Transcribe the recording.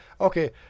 okay